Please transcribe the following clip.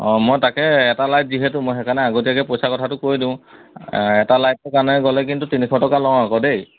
অঁ মই তাকে এটা লাইট যিহেতু মই সেইকাৰণে আগতীয়াকৈ পইচাৰ কথাটো কৈ দিওঁ এটা লাইটৰ কাৰণে গ'লে কিন্তু তিনিশ টকা লওঁ আকৌ দেই